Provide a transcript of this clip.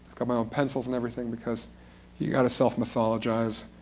got my own pencils and everything because you've got to self-mythologize.